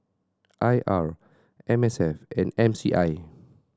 I R M S F and M C I